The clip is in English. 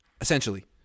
essentially